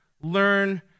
learn